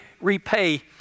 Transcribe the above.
repay